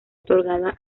otorgada